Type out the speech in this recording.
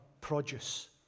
produce